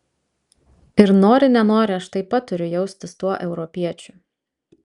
ir nori nenori aš taip pat turiu jaustis tuo europiečiu